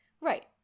Right